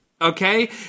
Okay